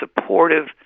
supportive